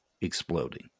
exploding